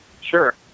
Sure